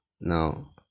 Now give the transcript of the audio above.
Now